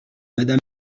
madame